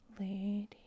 Lady